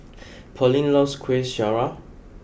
Pearlene loves Kueh Syara